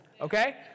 okay